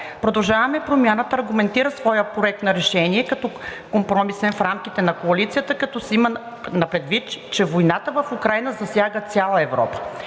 „Продължаваме Промяната“ аргументира своя проект на решение като компромисен в рамките на коалицията, като се има предвид, че войната в Украйна засяга цяла Европа